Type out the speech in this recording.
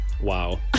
wow